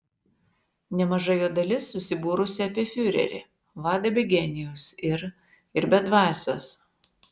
nemaža jo dalis susibūrusi apie fiurerį vadą be genijaus ir ir be dvasios